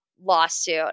Lawsuit